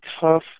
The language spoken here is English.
tough